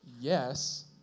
Yes